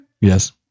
Yes